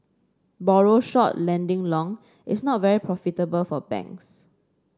borrow short lending long is not very profitable for banks